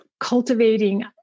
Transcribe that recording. cultivating